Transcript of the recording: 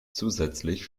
zusätzlich